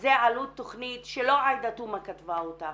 זה עלות תכנית שלא עאידה תומא כתבה אותה